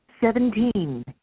Seventeen